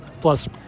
Plus